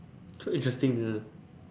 quite interesting ya